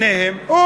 הוא,